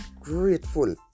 grateful